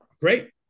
Great